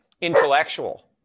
intellectual